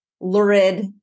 lurid